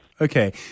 Okay